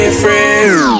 free